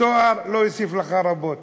התואר לא יוסיף לך רבות.